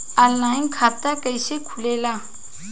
Online खाता कइसे खुलेला?